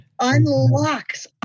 unlocks